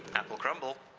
apple crumble.